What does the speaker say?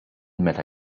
meta